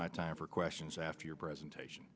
my time for questions after your presentation